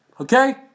Okay